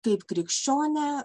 kaip krikščionė